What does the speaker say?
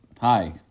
Hi